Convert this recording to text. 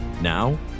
now